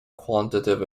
quantitative